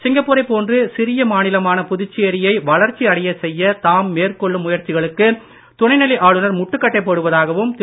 சிங்கப்பூரைப் போன்று சிறிய மாநிலமான புதுச்சேரியை வளர்ச்சி அடையச் செய்ய தாம் மேற்கொள்ளும் முயற்சிகளுக்கு துணைநிலை ஆளுனர் முட்டுக்கட்டை போடுவதாகவும் திரு